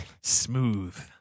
Smooth